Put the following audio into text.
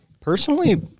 Personally